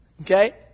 Okay